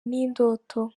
n’indoto